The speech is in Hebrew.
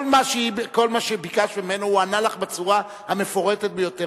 כל מה שביקשת ממנו הוא ענה לך בצורה המפורטת ביותר.